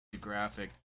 graphic